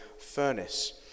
furnace